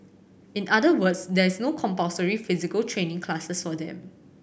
in other words there is no compulsory physical training classes for them